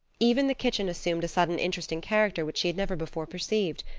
even the kitchen assumed a sudden interesting character which she had never before perceived.